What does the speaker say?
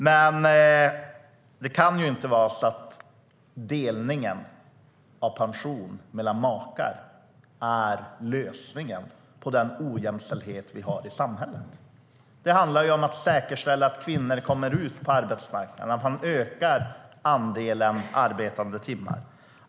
Men det kan inte vara så att delningen av pension mellan makar är lösningen på den ojämställdhet vi har i samhället. Det handlar om att säkerställa att kvinnor kommer ut på arbetsmarknaden och att man ökar andelen arbetade timmar.